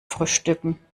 frühstücken